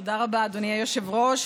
תודה רבה, אדוני היושב-ראש.